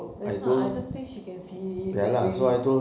that's why I don't think she can see that way